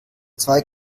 zwei